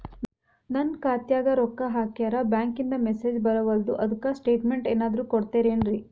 ನನ್ ಖಾತ್ಯಾಗ ರೊಕ್ಕಾ ಹಾಕ್ಯಾರ ಬ್ಯಾಂಕಿಂದ ಮೆಸೇಜ್ ಬರವಲ್ದು ಅದ್ಕ ಸ್ಟೇಟ್ಮೆಂಟ್ ಏನಾದ್ರು ಕೊಡ್ತೇರೆನ್ರಿ?